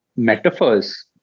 metaphors